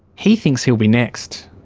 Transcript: he thinks he'll be next.